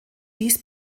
dies